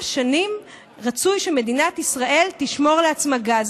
שנים רצוי שמדינת ישראל תשמור לעצמה גז?